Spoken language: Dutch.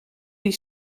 die